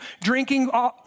Drinking